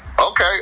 okay